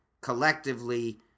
collectively